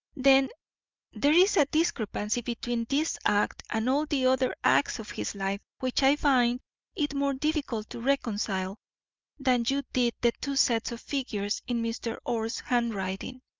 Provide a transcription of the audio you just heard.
then there is a discrepancy between this act and all the other acts of his life which i find it more difficult to reconcile than you did the two sets of figures in mr. orr's handwriting.